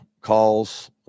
calls